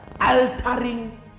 Altering